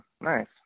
Nice